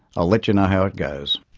i'll let you know how it goes.